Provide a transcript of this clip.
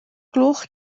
gloch